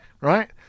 right